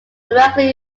directly